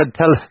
tell